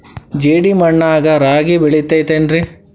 ಜೇಡಿ ಮಣ್ಣಾಗ ರಾಗಿ ಬೆಳಿತೈತೇನ್ರಿ?